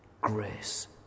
Grace